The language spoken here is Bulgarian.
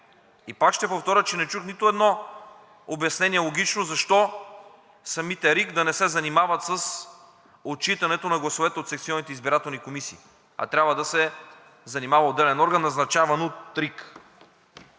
Пак ще повторя, че не чух нито едно логично обяснение защо самите РИК да не се занимават с отчитането на гласовете от секционните избирателни комисии, а трябва да се занимава отделен орган, назначаван от РИК.